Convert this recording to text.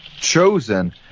chosen